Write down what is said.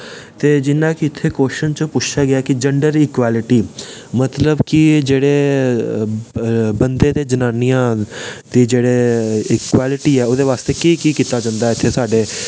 जि'यां कि इत्थै कोशन च पुच्छेआ गेआ कि जैन्डर इक्वैलटी मतलब कि जेह्ड़े बंदे ते जनानियां ते जेह्ड़े इक्वैलटी ऐ ओह्दे बास्तै केह् केह् कीता जंदा ऐ इत्थै साढ़े